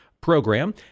program